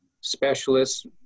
specialists